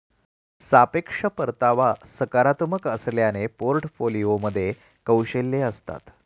सापेक्ष परतावा सकारात्मक असल्याने पोर्टफोलिओमध्ये कौशल्ये असतात